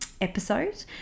episode